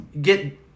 get